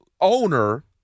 owner